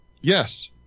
Yes